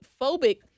phobic